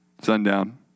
sundown